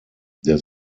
der